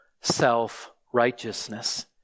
self-righteousness